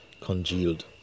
congealed